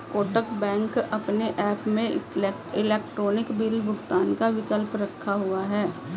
Kotak bank अपने app में electronic bill भुगतान का विकल्प रखा हुआ है